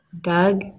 Doug